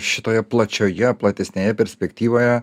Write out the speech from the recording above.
šitoje plačioje platesnėje perspektyvoje